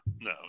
no